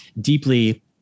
deeply